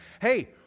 Hey